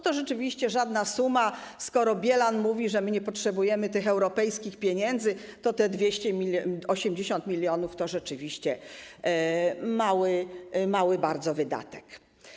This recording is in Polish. To rzeczywiście żadna suma, skoro Bielan mówi, że my nie potrzebujemy tych europejskich pieniędzy, to te 280 mln to rzeczywiście bardzo mały wydatek.